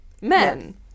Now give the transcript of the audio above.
men